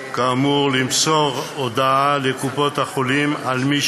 כאמור למסור הודעה לקופות-החולים על מי